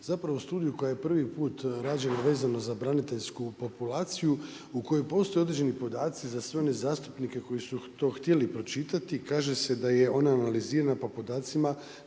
zapravo studiju koja je prvi put razumno vezana za braniteljsku populaciju u kojoj postoje određeni podaci za sve one zastupnike koji su to htjeli pročitati, kaže se da je ona analizirana po podacima